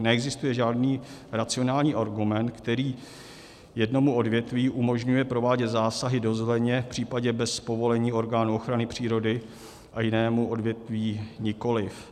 Neexistuje žádný racionální argument, který jednomu odvětví umožňuje provádět zásahy do zeleně v případě bez povolení orgánu ochrany přírody a jinému odvětví nikoliv.